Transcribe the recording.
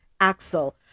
Axel